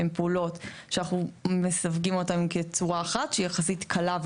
שהן פעולות שאנחנו מסווגים אותן כצורה אחת שהיא יחסית קלה,